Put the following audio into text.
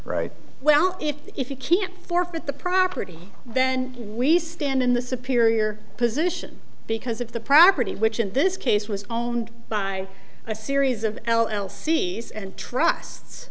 right well if you can't forfeit the property then we stand in the superior position because of the property which in this case was owned by a series of l l c s and trust